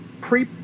pre